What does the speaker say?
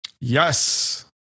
Yes